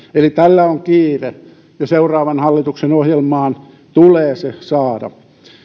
eli tällä on kiire ja seuraavan hallituksen ohjelmaan se tulee saada